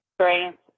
strength